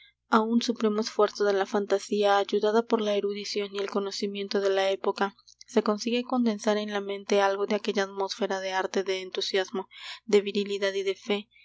un supremo esfuerzo de la fantasía ayudada por la erudición y el conocimiento de la época se consigue condensar en la mente algo de aquella atmósfera de arte de entusiasmo de virilidad y de fe el